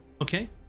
Okay